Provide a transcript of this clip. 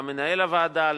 למנהל הוועדה,